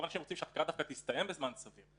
דווקא תסתיים בזמן סביר.